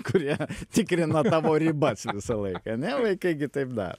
kurie tikrina tavo ribas visą laiką ar ne vaikai gi taip daro